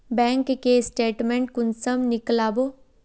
Bank के statement कुंसम नीकलावो?